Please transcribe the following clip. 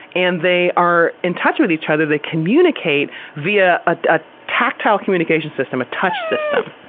and, they are in touch with each other. they communicate via a tactile communication system, a touch system.